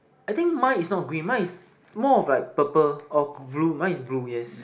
I think mine is not green mine is more of like purple or blue mine is blue yes